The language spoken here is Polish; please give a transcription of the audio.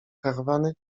karawany